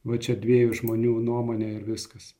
va čia dviejų žmonių nuomonė ir viskas